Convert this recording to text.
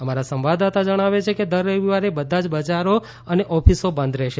અમારા સંવાદદાતા જણાવે છે કે દર રવિવારે બધા જ બજારો અને ઓફિસો બંધ રહેશે